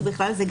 ובכלל זה,